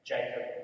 Jacob